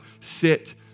sit